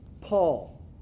Paul